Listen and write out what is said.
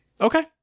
Okay